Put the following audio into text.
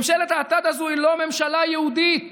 ממשלת האטד הזאת היא לא ממשלה יהודית